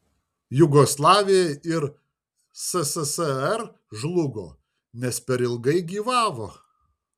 jugoslavija ir sssr žlugo nes per ilgai gyvavo